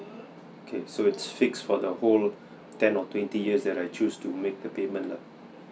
okay so its fix for the whole ten or twenty years that I choose to make the payment lah